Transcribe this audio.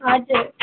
हजुर